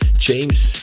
James